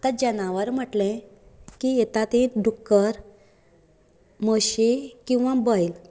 आतां जनावर म्हटले की येता ते डूक्कर म्हशी किंवां बैल